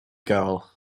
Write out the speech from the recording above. girl